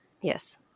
Yes